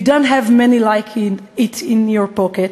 you don't have many like it in your pocket.